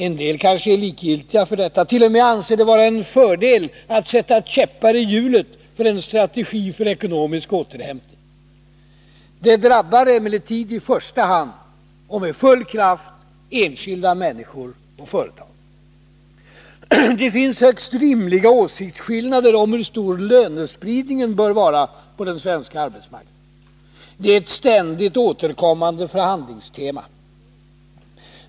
En del är kanske likgiltiga för detta, t.o.m. anser det vara en fördel att det sätts käppar i hjulet för en strategi för ekonomisk återhämtning. Det drabbar emellertid i första hand, och med full kraft, enskilda människor och företag. Det finns högst rimliga åsiktsskillnader om hur stor lönespridningen på den svenska arbetsmarknaden bör vara. Det är ett ständigt återkommande förhandlingstema.